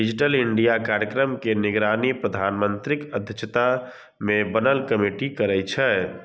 digital India कार्यक्रम के निगरानी प्रधानमंत्रीक अध्यक्षता मे बनल कमेटी करै छै